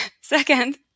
Second